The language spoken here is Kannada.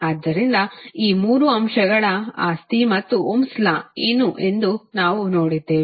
ಆದ್ದರಿಂದ ಈ 3 ಅಂಶಗಳ ಆಸ್ತಿ ಮತ್ತು ಓಮ್ಸ್ ಲಾ ಏನು ಎಂದು ನಾವು ನೋಡಿದ್ದೇವೆ